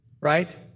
right